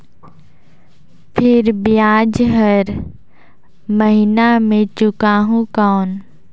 फिर ब्याज हर महीना मे चुकाहू कौन?